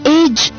age